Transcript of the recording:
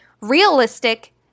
realistic